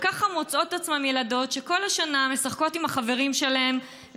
וככה ילדות שכל השנה משחקות עם החברים שלהן,